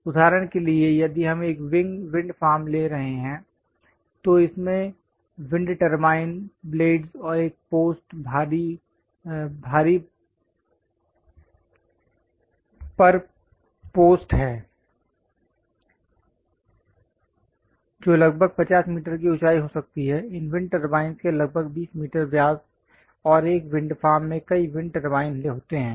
उदाहरण के लिए यदि हम एक विंड फार्म ले रहे हैं तो इसमें विंड टरबाइन ब्लेडस् और एक पोस्ट भारी पर पोस्ट है जो लगभग 50 मीटर की ऊंचाई हो सकती है इन विंड टरबाइन ब्लेडस् के लगभग 20 मीटर व्यास और एक विंड फार्म में कई विंड टर्बाइन होते हैं